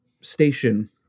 station